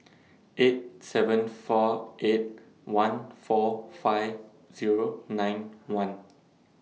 eight seven four eight one four five Zero nine one